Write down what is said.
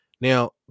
Now